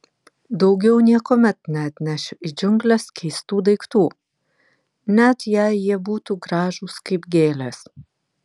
daugiau niekuomet neatnešiu į džiungles keistų daiktų net jei jie būtų gražūs kaip gėlės